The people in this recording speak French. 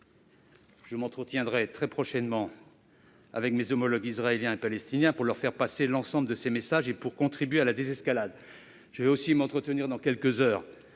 Je m'entretiendrai très prochainement avec mes homologues israélien et palestinien pour leur faire passer l'ensemble de ces messages et pour contribuer à la désescalade. Je vais aussi m'entretenir dans quelques heures